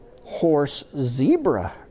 horse-zebra